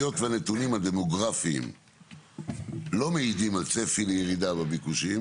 היות והנתונים הדמוגרפיים לא מעידים על צפי לירידה בביקושים,